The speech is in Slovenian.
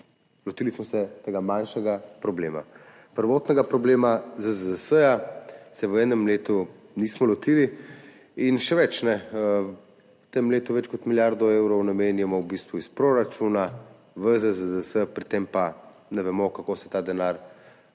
Lotili smo se tega manjšega problema. Prvotnega problema ZZZS se v enem letu nismo lotili in še več, v tem letu več kot milijardo evrov namenjamo v bistvu iz proračuna v ZZZS, pri tem pa praktično ne vemo, kako se ta denar